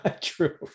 True